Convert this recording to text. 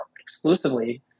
exclusively